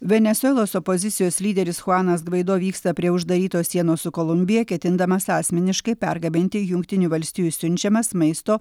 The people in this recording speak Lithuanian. venesuelos opozicijos lyderis chuanas gvaido vyksta prie uždarytos sienos su kolumbija ketindamas asmeniškai pergabenti jungtinių valstijų siunčiamas maisto